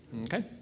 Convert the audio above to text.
Okay